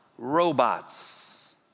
Robots